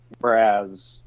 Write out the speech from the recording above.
Whereas